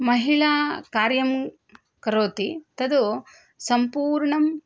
महिला कार्यं करोति तत् सम्पूर्णं